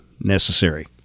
necessary